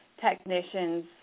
technician's